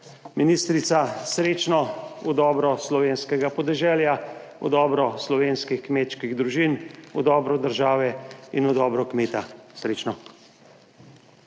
Ministrica, srečno v dobro slovenskega podeželja, v dobro slovenskih kmečkih družin, v dobro države in v dobro kmeta. Srečno!